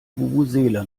vuvuzela